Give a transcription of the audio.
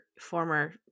former